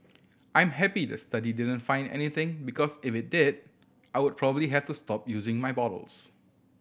I'm happy the study didn't find anything because if it did I would probably have to stop using my bottles